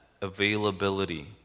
availability